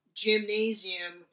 gymnasium